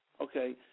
Okay